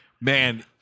Man